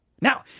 Now